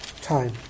time